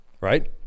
Right